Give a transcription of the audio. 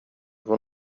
går